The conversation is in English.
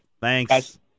Thanks